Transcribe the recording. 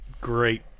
Great